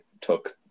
took